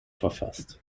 verfasst